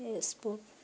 Facebook